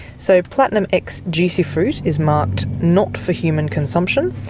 so platinum x juicy fruit is marked not for human consumption,